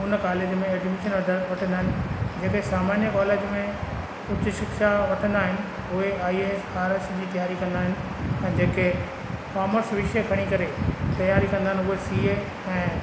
हुन कॉलेज में एडमिशन वधि वठंदा आहिनि जेके सामान्य कॉलेज में उच शिक्षा वठंदा आहिनि उहे आईएएस आरएस जी तयारी कंदा आहिनि ऐं जेके कॉमर्स विषय खणी करे तयारी कंदा आहिनि उहे सीए ऐं